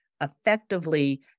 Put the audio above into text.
effectively